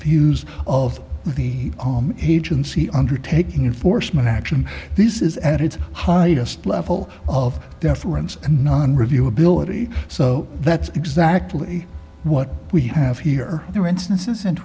views of the agency undertaking enforcement action this is at its highest level of deference and on review ability so that's exactly what we have here there are instances in